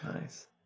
Nice